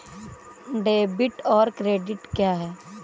Debit और credit क्या है?